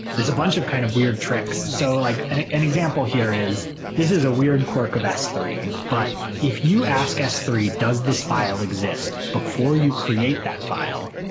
there's a bunch of kind of weird tricks. so like an an example here is this is a weird quirk of s three, but if you ask s three, does this file exist? before you create that file.